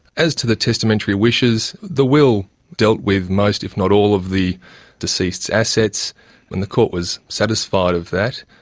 as to the testamentary wishes, the will dealt with most if not all of the deceased's assets, and the court was satisfied of that.